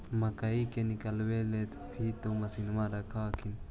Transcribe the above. मकईया के निकलबे ला भी तो मसिनबे रख हखिन?